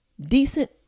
decent